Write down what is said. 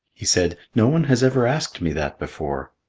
he said, no one has ever asked me that before,